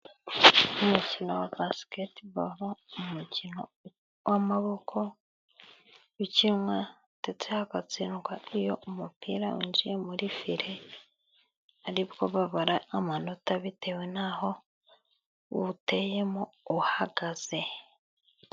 Umukino wa basiketibolo ni umukino w'amaboko ukinwa ndetse hagatsindwa nk'iyo umupira winjiye muri file, ari bwo babara amanota bitewe n'aho uwuteyemo uhagaze.